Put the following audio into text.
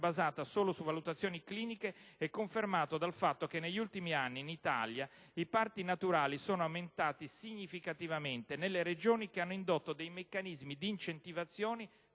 basata solo su valutazioni cliniche è confermato dal fatto che negli ultimi anni in Italia i parti naturali sono aumentati significativamente nelle Regioni che hanno introdotto dei meccanismi di incentivazione